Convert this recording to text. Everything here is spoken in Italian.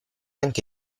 anche